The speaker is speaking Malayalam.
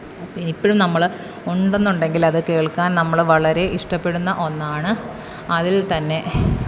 പിന്നിപ്പഴും നമ്മൾ ഉണ്ടെന്നുണ്ടെങ്കിലത് കേള്ക്കാന് നമ്മൾ വളരെ ഇഷ്ടപ്പെടുന്ന ഒന്നാണ് അതില് തന്നെ